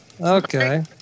Okay